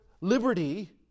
liberty